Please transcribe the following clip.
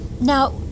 Now